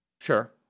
Sure